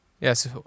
yes